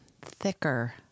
thicker